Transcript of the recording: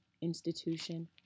institution